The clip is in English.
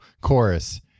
Chorus